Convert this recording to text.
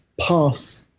past